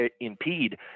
impede